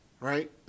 right